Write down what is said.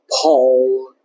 Paul